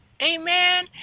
Amen